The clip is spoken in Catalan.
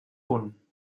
punt